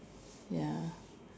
ya